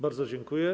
Bardzo dziękuję.